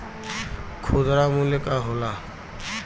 खुदरा मूल्य का होला?